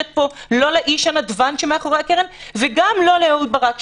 לא לאיש הנדבן שמאחורי הקרן וגם לא לאהוד ברק,